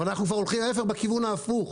אבל אנחנו כבר הולכים בכיוון ההפוך.